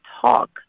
talk